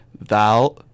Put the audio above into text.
Thou